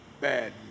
bad